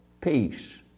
peace